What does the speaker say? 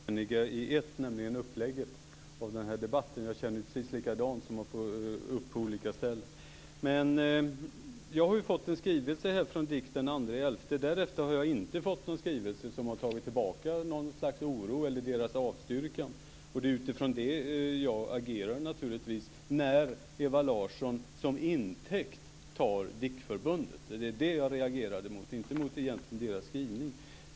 Fru talman! Det var trevligt att vi var eniga om en sak, nämligen uppläggningen av den här debatten. Jag känner precis likadant när det gäller att gå upp på olika ställen. Jag har fått en skrivelse från DIK den 2 november. Därefter har jag inte fått någon skrivelse som har tagit tillbaka deras oro eller avstyrkan. Det är naturligtvis utifrån det jag reagerar när Ewa Larsson som intäkt tar DIK-förbundet. Det var det jag reagerade mot, inte egentligen deras skrivning.